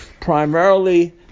primarily